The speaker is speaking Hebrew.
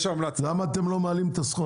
למה אתם לא מעלים את הסכום?